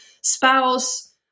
spouse